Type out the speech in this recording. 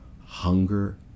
Hunger